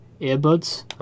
earbuds